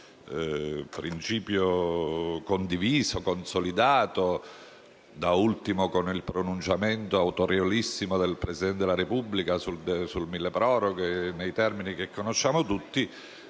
principio condiviso e consolidato - da ultimo con il pronunciamo autorevolissimo del Presidente della Repubblica sul "milleproroghe", nei termini che conosciamo tutti